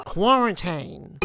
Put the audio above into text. Quarantine